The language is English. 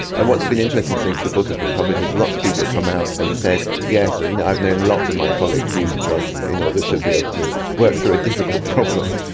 and what has been interesting since the book has been published is lots of people have come out and said, yes, ah you know i've known lots of my colleagues used drugs in order to be able to work through a difficult problem.